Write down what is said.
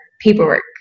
paperwork